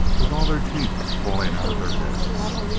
with all their teeth falling out of their heads!